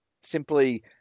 simply